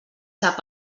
sap